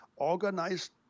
organized